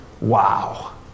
Wow